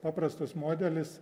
paprastas modelis